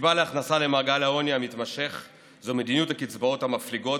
שהסיבה לכניסה למעגל העוני המתמשך היא מדיניות הקצבאות המפליגות,